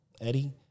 Eddie